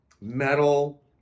metal